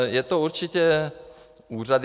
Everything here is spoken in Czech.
Je to určitě úřad...